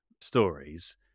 stories